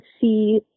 see